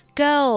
,go